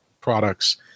products